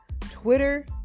Twitter